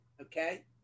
okay